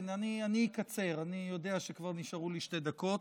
כן, אני אקצר, אני יודע שכבר נשארו לי שתי דקות.